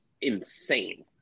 insane